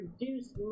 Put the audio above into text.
reduce